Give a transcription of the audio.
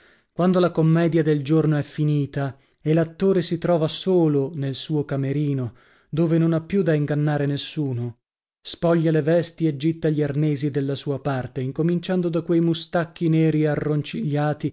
quando la commedia del giorno è finita e l'attore si trova solo nel suo camerino dove non ha più da ingannare nessuno spoglia le vesti e gitta gli arnesi della sua parte incominciando da quei mustacchi neri